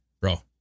bro